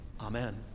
amen